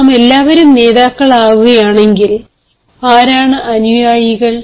നാമെല്ലാവരും നേതാക്കളാകുകയാണെങ്കിൽ ആരാണ് അനുയായികൾ